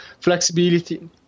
flexibility